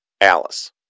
Alice